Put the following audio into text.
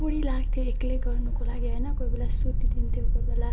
कोडी लाग्थ्यो एक्लै गर्नको लागि होइन कोही बेला सुतिदिन्थेँ कोही बेला